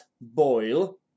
boil